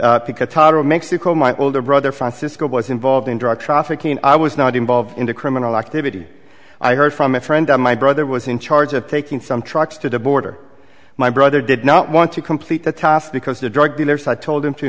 in mexico my older brother francisco was involved in drug trafficking and i was not involved in the criminal activity i heard from a friend my brother was in charge of taking some trucks to the border my brother did not want to complete the task because the drug dealers i told him to